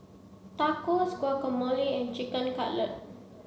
Tacos Guacamole and Chicken Cutlet